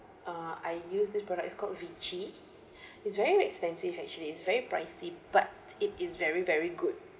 uh I use this product is called vichy is very expensive actually is very pricey but it is very very good